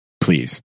please